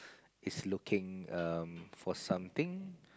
is looking um for something